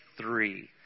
three